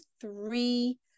three